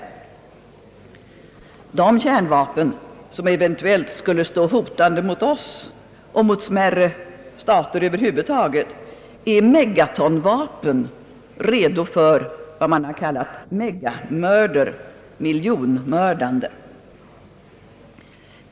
De kärnvapen som eventuellt skulle stå hotande mot oss och mot smärre stater över huvud taget är megatonvapen redo för vad man har kallat »megamurder» — miljonmördande.